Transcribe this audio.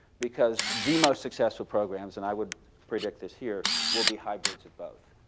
because the most successful programs, and i would predict this here, will be hybrids of both.